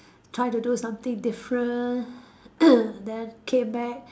try to do something different then came back